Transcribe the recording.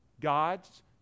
God's